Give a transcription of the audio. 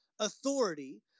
authority